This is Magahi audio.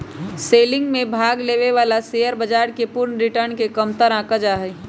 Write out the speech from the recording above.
सेलिंग में भाग लेवे वाला शेयर बाजार के पूर्ण रिटर्न के कमतर आंका जा हई